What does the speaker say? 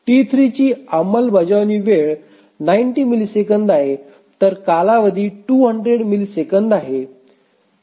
T3 ची अंमलबजावणी वेळ 90 मिलिसेकंद आहे तर कालावधी 200 मिलिसेकंद आहे